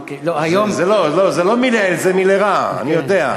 אוקיי, לא, היום, זה לא מלעיל, זה מלרע, אני יודע.